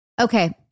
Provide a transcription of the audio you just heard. Okay